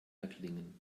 erklingen